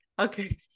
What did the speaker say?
okay